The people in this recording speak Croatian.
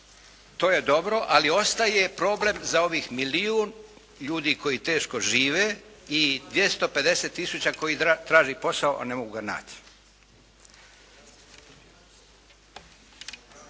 To je dobro ali ostaje problem za ovih milijun ljudi koji teško žive i 250 tisuća koji traže posao a ne mogu ga naći.